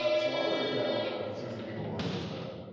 ah so other channels have sixty people working for them.